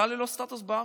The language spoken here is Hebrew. אתה ללא סטטוס בארץ.